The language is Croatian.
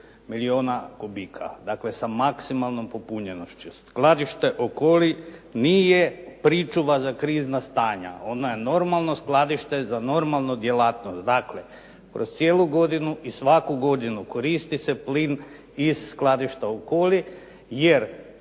milijuna kubika. Dakle, sa maksimalnom popunjenošću. Skladište Okoli nije pričuva za krizna stanja. Ona je normalno skladište za normalnu djelatnost. Dakle, kroz cijelu godinu i svaku godinu koristi se plin iz skladišta Okoli jer